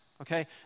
okay